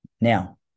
Now